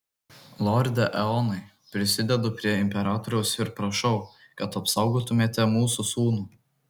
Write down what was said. lorde eonai prisidedu prie imperatoriaus ir prašau kad apsaugotumėte mūsų sūnų